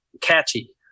catchy